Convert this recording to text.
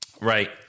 Right